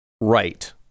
Right